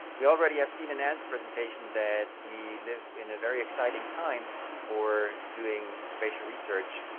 we already have seen in alan's presentation that we live in a very exciting time for doing spatial research,